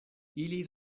ili